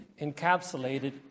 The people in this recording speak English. encapsulated